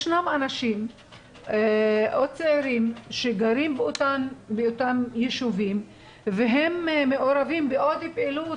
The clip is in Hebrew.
ישנם אנשים או צעירים שגרים באותם יישובים והם מעורבים בעוד פעילות,